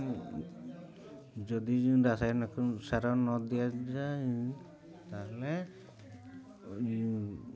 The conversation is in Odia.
ଯଦି ରାସାୟନିକ ସାର ନ ଦିଆଯାଏ ତାହେଲେ